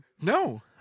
No